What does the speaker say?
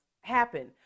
happen